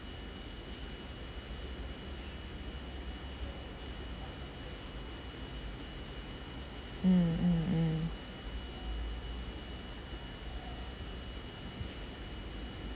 mm mm mm